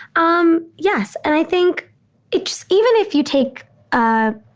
um yes. and i think it's even if you take ah